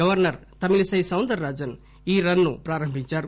governor Tamilisai Soundara Rajan ఈ రస్ ను ప్రారంభించారు